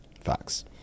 Facts